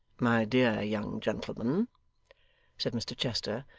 my dear young gentleman said mr chester,